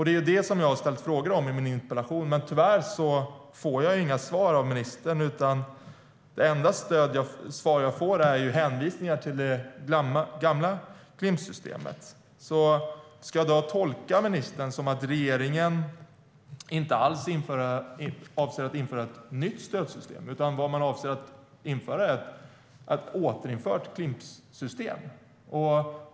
Det är det som jag har ställt frågor om i min interpellation, men tyvärr får jag inga svar på detta av ministern, utan det enda svar jag får är hänvisningar till det gamla Klimpsystemet. Ska jag då tolka ministern som att regeringen inte alls avser att införa ett nytt stödsystem, utan avser att återinföra Klimpsystemet?